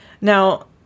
Now